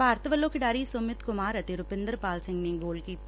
ਭਾਰਤ ਵੱਲੋਂ ਖਿਡਾਰੀ ਸੁਮੀਤ ਕੁਮਾਰ ਅਤੇ ਰੁਪਿੰਦਰ ਪਾਲ ਸਿੰਘ ਨੇ ਗੋਲ ਕੀਤੇ